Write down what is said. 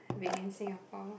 being in Singapore